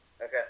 Okay